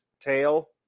tail